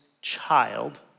child